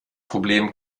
problem